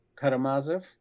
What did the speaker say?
Karamazov